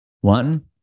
One